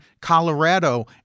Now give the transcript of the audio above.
Colorado